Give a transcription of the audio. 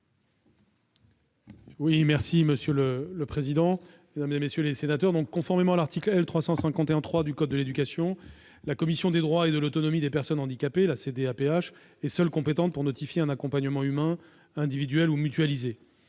est ainsi libellé : La parole est à M. le ministre. Conformément à l'article L. 351-3 du code de l'éducation, la Commission des droits et de l'autonomie des personnes handicapées, la CDAPH, est seule compétente pour notifier un accompagnement humain, individuel ou mutualisé.